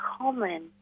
common